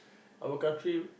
our country